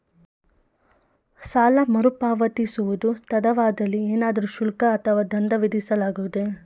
ಸಾಲ ಮರುಪಾವತಿಸುವುದು ತಡವಾದಲ್ಲಿ ಏನಾದರೂ ಶುಲ್ಕ ಅಥವಾ ದಂಡ ವಿಧಿಸಲಾಗುವುದೇ?